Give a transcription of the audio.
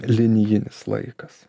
linijinis laikas